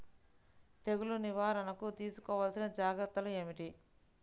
తెగులు నివారణకు తీసుకోవలసిన జాగ్రత్తలు ఏమిటీ?